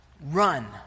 run